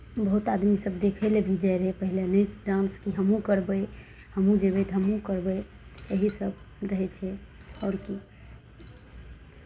बहुत आदमीसभ देखय लए भी जाइ रहै पहिले नृत्य डांस कि हमहूँ करबै हमहूँ जेबै तऽ हमहूँ करबै यही सभ रहै छै आओर की